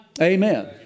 Amen